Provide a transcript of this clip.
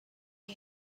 but